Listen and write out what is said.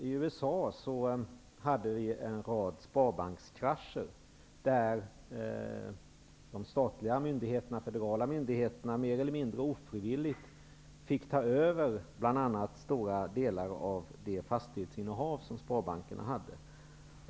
I USA hade man en rad sparbankskrascher där de statliga myndigheterna, för det var väl myndigheterna, mer eller mindre ofrivilligt fick ta över bl.a. stora delar av det fastighetsinnehav som sparbankerna hade.